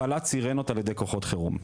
הפעלת סירנות על ידי כוחות חירום.